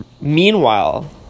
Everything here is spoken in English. meanwhile